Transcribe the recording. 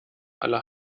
aller